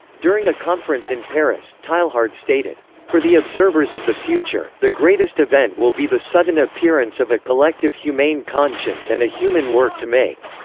during a conference in paris, teilhard stated for the observers of the future, the greatest event will be the sudden appearance of a collective humane conscience and a human work to make.